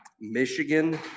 Michigan